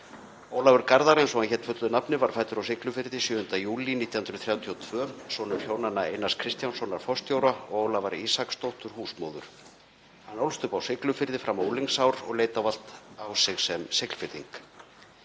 Ólafur Garðar, eins og hann hét fullu nafni, var fæddur á Siglufirði 7. júlí 1932, sonur hjónanna Einars Kristjánssonar forstjóra og Ólafar Ísaksdóttur húsmóður. Hann ólst upp á Siglufirði fram á unglingsár og leit ávallt á sig sem Siglfirðing.